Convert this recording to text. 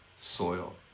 soil